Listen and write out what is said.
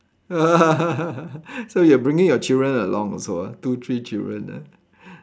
so you are bring your children along also ah two three children ah